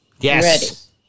Yes